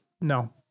no